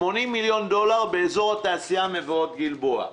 באזור התעשייה מבואות גלבוע.